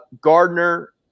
Gardner